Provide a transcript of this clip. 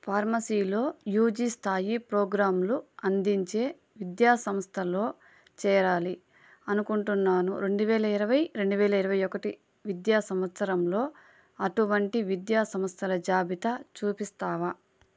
ఫార్మసీలో UG స్థాయి ప్రోగ్రాంలు అందించే విద్యా సంస్థలో చేరాలి అనుకుంటున్నాను రెండువేలయిరవై రెండువేలయిరవైఒకటి విద్యా సంవత్సరంలో అటువంటి విద్యా సంస్థల జాబితా చూపిస్తావా